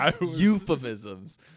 Euphemisms